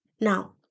Now